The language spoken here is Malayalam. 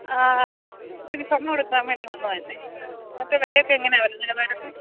ആ ഇച്ചിരി സ്വർണം എടുക്കാൻ വേണ്ടി വന്നതായിരുന്നു ഇന്നത്തെ വിലയൊക്കെ എങ്ങനെയാണ് വരുന്നത് നിലവാരമൊക്കെ